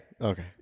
Okay